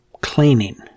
cleaning